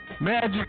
Magic